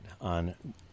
on